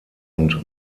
und